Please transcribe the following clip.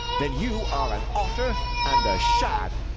then you are an otter, and a shad,